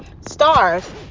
Stars